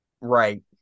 right